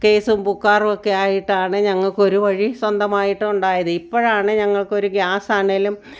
കേസും പുക്കാറുമൊക്കെ ആയിട്ടാണ് ഞങ്ങൾക്കൊരു വഴി സ്വന്തമായിട്ട് ഉണ്ടായത് ഇപ്പോഴാണ് ഞങ്ങൾക്കൊരു ഗ്യാസ് ആണേലും